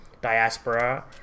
diaspora